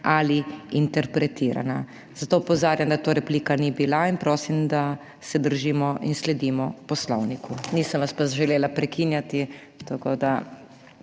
ali interpretirani. Zato opozarjam, da to replika ni bila in prosim, da se držimo in sledimo Poslovniku. Nisem vas pa želela prekinjati, vsaj